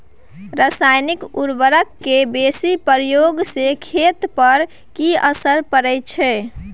रसायनिक उर्वरक के बेसी प्रयोग से खेत पर की असर परै छै?